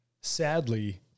sadly